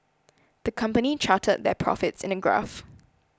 the company charted their profits in a graph